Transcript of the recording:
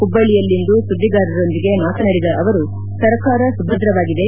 ಹುಬ್ಬಳ್ಳಿಯಲ್ಲಿಂದು ಸುದ್ದಿಗಾರರೊಂದಿಗೆ ಮಾತನಾಡಿದ ಅವರು ಸರ್ಕಾರ ಸುಭದ್ರವಾಗಿದೆ